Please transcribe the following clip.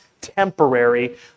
temporary